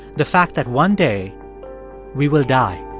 the fact that one day we will die